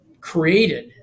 created